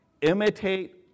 imitate